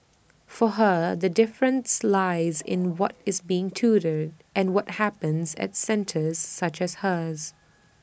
for her the difference lies in what is being tutored and what happens at centres such as hers